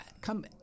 come